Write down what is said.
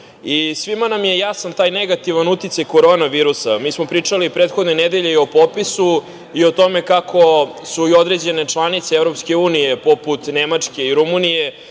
Svima nam je jasan negativan uticaj korona virusa. Mi smo pričali prethodne nedelje o popisu, i o tome kako su i određene članice EU, poput Nemačke i Rumunije